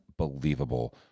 Unbelievable